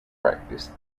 practice